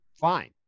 fine